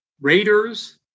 Raiders